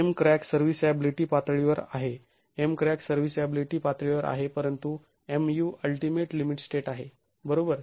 Mcrack serviceability पातळीवर आहे Mcrack serviceability पातळीवर आहे परंतु Mu अल्टीमेट लिमिट स्टेट आहे बरोबर